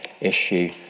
issue